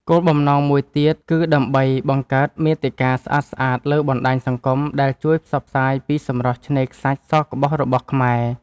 គោលបំណងមួយទៀតគឺដើម្បី បង្កើតមាតិកាស្អាតៗលើបណ្ដាញសង្គមដែលជួយផ្សព្វផ្សាយពីសម្រស់ឆ្នេរខ្សាច់សក្បុសរបស់ខ្មែរ។